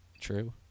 true